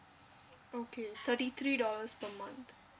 okay thirty three dollars per month